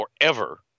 forever